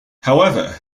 however